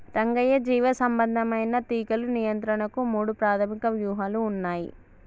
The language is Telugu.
రంగయ్య జీవసంబంధమైన తీగలు నియంత్రణకు మూడు ప్రాధమిక వ్యూహాలు ఉన్నయి